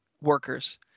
workers